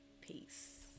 Peace